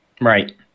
Right